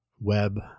web